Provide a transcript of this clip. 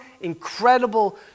incredible